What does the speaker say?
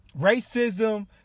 racism